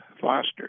Foster